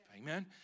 Amen